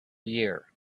year